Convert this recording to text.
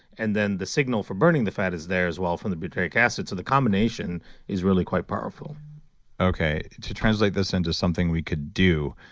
and then the signal for burning the fat is there as well from the butyric acid. so the combination is really quite powerful okay. to translate this into something we could do